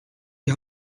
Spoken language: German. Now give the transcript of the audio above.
die